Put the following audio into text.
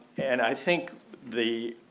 and i think the